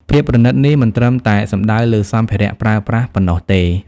ភាពប្រណីតនេះមិនត្រឹមតែសំដៅលើសម្ភារៈប្រើប្រាស់ប៉ុណ្ណោះទេ។